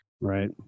Right